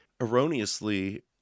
erroneously